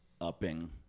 upping